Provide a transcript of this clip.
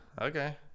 Okay